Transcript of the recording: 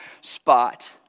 spot